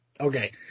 Okay